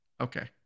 Okay